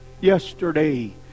yesterday